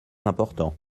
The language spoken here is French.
important